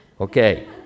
Okay